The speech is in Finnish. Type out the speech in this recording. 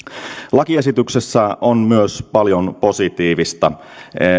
lakiesityksessä on myös paljon positiivista